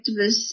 activists